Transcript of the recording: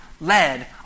led